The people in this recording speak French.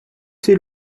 c’est